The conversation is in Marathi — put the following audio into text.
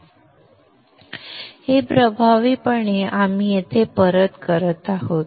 हे संदर्भ वेळ 1853 प्रभावीपणे आपण येथे करत आहोत